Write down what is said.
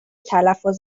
تلفظ